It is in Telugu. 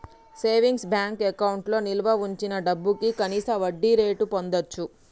సేవింగ్స్ బ్యేంకు అకౌంట్లో నిల్వ వుంచిన డబ్భుకి కనీస వడ్డీరేటును పొందచ్చు